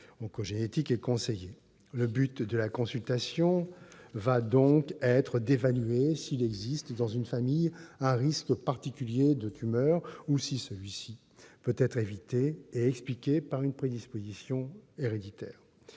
oncogénétique est conseillée. Le but d'une telle consultation est donc d'évaluer s'il existe, dans une famille, un risque particulier de tumeur, ou si ce dernier peut être évité et expliqué par une prédisposition héréditaire.